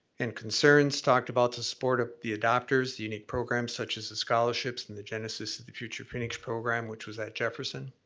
and concerns talked about the support of the adopters, the unique programs such as the scholarships and the genesis of the future phoenix program, which was at jefferson.